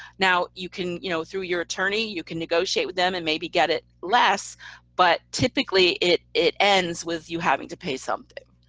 now you can, you know through your attorney, you can negotiate with them and maybe get it less but typically it it ends with you having to pay something.